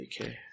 Okay